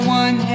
one